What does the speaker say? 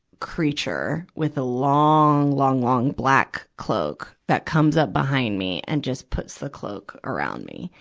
creature with a long, long, long black cloak that comes up behind me and just puts the cloak around me.